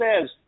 says